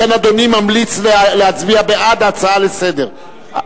לכן אדוני ממליץ להצביע בעד ההצעה לסדר-היום,